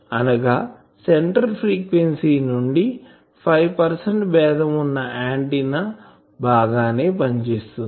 అనగా center frequency నుండి 5 percent బేధం వున్న ఆంటిన్నా బాగానే పనిచేస్తుంది